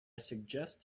suggest